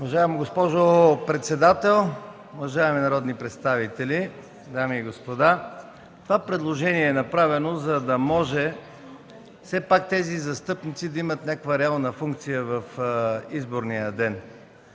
Уважаема госпожо председател, уважаеми народни представители, дами и господа! Това е предложение, направено, за да може все пак тези застъпници да имат някаква реална функция в изборния ден.